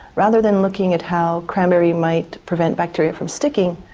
rather than looking at how cranberry might prevent bacteria from sticking,